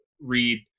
read